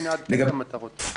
--- מטרות.